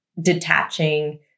detaching